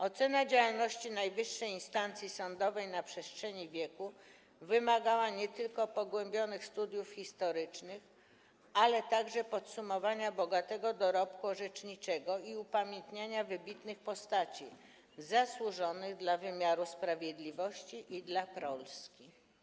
Ocena działalności najwyższej instancji sądowej na przestrzeni wieku wymagała nie tylko pogłębionych studiów historycznych, ale także podsumowania bogatego dorobku orzeczniczego i upamiętnienia wybitnych postaci zasłużonych dla wymiaru sprawiedliwości i dla Polski.